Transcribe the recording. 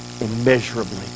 immeasurably